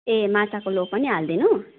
ए माछाको लो पनि हालिदिनु